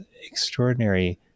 extraordinary